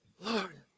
Lord